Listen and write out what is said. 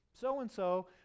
so-and-so